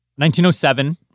1907